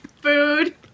food